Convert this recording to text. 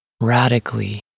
Radically